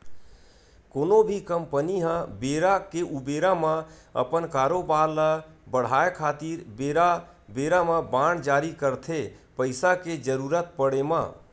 कोनो भी कंपनी ह बेरा के ऊबेरा म अपन कारोबार ल बड़हाय खातिर बेरा बेरा म बांड जारी करथे पइसा के जरुरत पड़े म